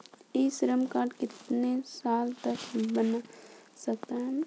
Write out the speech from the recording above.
ई Shram card कितने साल तक बन सकता है?